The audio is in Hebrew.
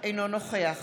אינו נוכח